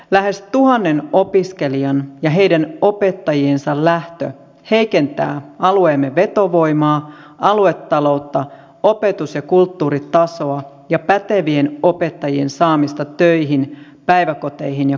lähes tuhannen opiskelijan ja heidän opettajiensa lähtö heikentää alueemme vetovoimaa aluetaloutta opetus ja kulttuuritasoa ja pätevien opettajien saamista töihin päiväkoteihin ja kouluihin